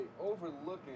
overlooking